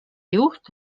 juht